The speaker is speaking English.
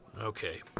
Okay